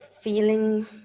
Feeling